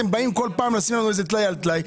אתם כל פעם באים לשים לנו איזה טלאי על טלאי.